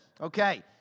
Okay